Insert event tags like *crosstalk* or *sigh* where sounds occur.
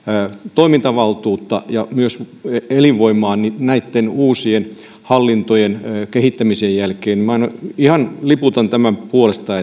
toimintavaltuutta ja myös elinvoimaa näitten uusien hallintojen kehittämisen jälkeen minä ihan liputan tämän puolesta *unintelligible*